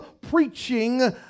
preaching